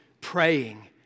praying